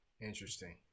Interesting